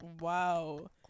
Wow